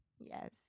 Yes